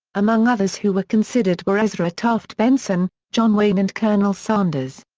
among others who were considered were ezra taft benson, john wayne and colonel sanders.